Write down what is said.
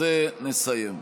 ובזה נסיים.